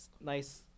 nice